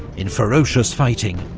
in ferocious fighting,